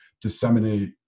disseminate